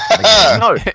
No